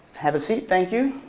have a seat, thank you.